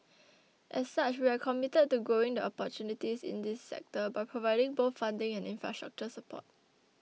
as such we are committed to growing the opportunities in this sector by providing both funding and infrastructure support